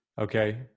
Okay